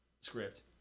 script